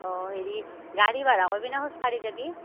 অঁ হেৰি গাড়ী ভাড়া কৰিবিনে খোজকাঢ়ি যাবি